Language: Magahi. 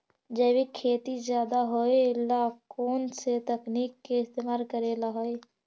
जैविक खेती ज्यादा होये ला कौन से तकनीक के इस्तेमाल करेला हई?